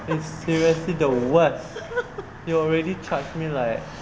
it's seriously the worst you already charge me like